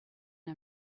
her